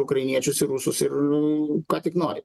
ukrainiečius ir rusus ir ką tik nori